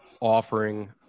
offering